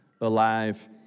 alive